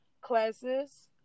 classes